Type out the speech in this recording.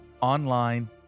online